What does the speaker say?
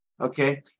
okay